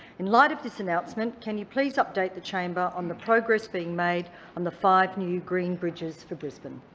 in light of this announcement, can you please update the chamber on the progress being made on the five new green bridges for brisbane?